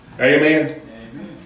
Amen